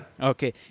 Okay